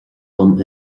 dom